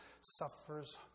suffers